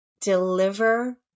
Deliver